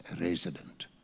resident